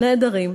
נעדרים,